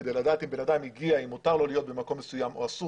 כי לדעת אם לבן אדם מותר להיות במקום מסוים או אסור